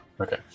Okay